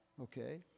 Okay